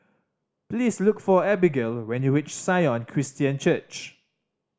please look for Abagail when you reach Sion Christian Church